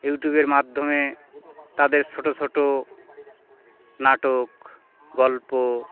ইউটিউবের মাধ্যমে তাদের ছোটো ছোটো নাটক গল্প